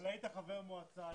אבל היית חבר מועצה,